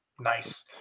Nice